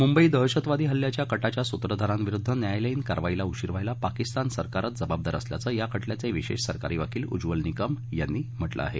मुंबई दहशतवादी हल्ल्याच्या कटाच्या सूत्रधारांविरुद्ध न्यायालयीन कारवाईला उशीर व्हायला पाकिस्तान सरकारच जबाबदार असल्याचं या खटल्याचे विशेष सरकारी वकील उज्ज्वल निकम यांनी म्हटलं आहे